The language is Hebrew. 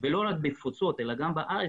ולא רק בתפוצות אלא גם בארץ,